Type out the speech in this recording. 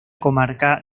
comarca